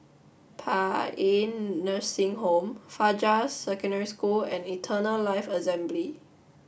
Paean Nursing Home Fajar Secondary School and Eternal Life Assembly